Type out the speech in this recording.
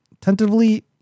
Tentatively